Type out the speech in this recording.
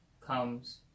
comes